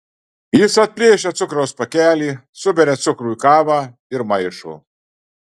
jis atplėšia cukraus pakelį suberia cukrų į kavą ir maišo